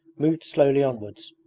moved slowly onwards,